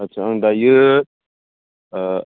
आच्चा आं दायो